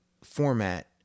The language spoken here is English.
format